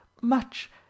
Much